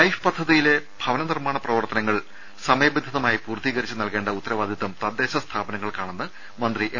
life പദ്ധതിയിലെ ഭവനനിർമാണ പ്രവർത്തനങ്ങൾ സമയബന്ധിതമായി പൂർത്തീകരിച്ച് നൽകേണ്ട ഉത്തരവാദിത്വം തദ്ദേശ സ്ഥാപനങ്ങൾക്കാണെന്ന് മന്ത്രി എം